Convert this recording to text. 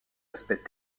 aspects